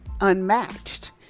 unmatched